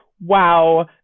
wow